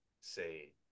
say